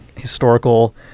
historical